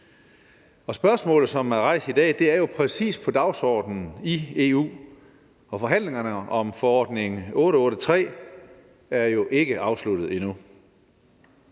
Spørgsmålet, som er rejst i dag, er jo præcis på dagsordenen i EU, og forhandlingerne om forordning 883 er jo ikke afsluttet endnu.